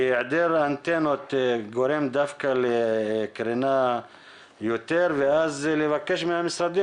היעדר אנטנות גורם דווקא לקרינה יותר ואז לבקש מהמשרדים